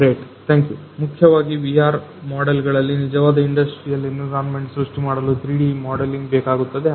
great thank you ಮುಖ್ಯವಾಗಿ VR model ಗಳಲ್ಲಿ ನಿಜವಾದ ಇಂಡಸ್ಟ್ರಿಯಲ್ ಎನ್ವಿರಾನ್ಮೆಂಟ್ ಸೃಷ್ಟಿಮಾಡಲು 3D ಮಾಡಲಿಂಗ್ ಬೇಕಾಗುತ್ತದೆ